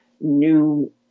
new